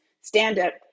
stand-up